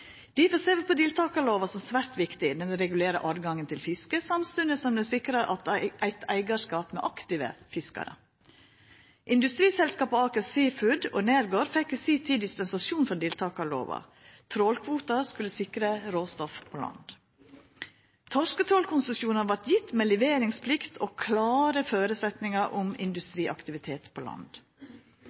Difor ser vi på deltakarlova som svært viktig. Ho regulerer retten til fiske, samstundes som ho sikrar eit eigarskap av aktive fiskarar. Industriselskapa Aker Seafoods og Nergård fekk i si tid dispensasjon frå deltakarlova. Trålkvotar skulle sikra råstoff på land. Torsketrålkonsesjonar vart gjevne med leveringsplikt og klare føresetnadar om industriaktivitet på land.